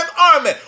army